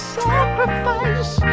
sacrifice